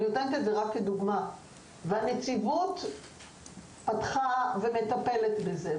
והנציבות פתחה ומטפלת בזה.